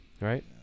Right